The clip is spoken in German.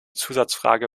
zusatzfrage